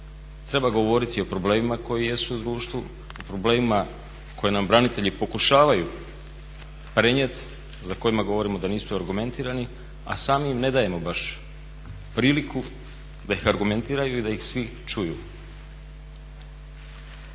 treba govoriti o problemima koji jesu u društvu, o problemima koje nam branitelji pokušavaju prenijeti za koje govorimo da nisu argumentirani, a sami im ne dajemo baš priliku da ih argumentiraju i da ih svi čuju.